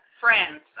friends